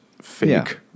fake